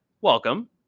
welcome